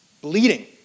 Bleeding